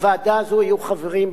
בוועדה הזו היו חברים,